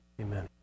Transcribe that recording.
Amen